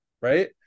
Right